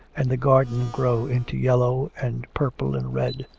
and the garden grow into yellow and purple and red.